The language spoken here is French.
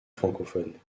francophones